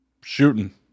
shooting